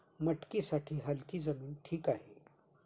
मटकीसाठी हलकी जमीन ठीक आहे